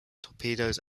torpedoes